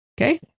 Okay